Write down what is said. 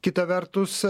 kita vertus